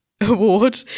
award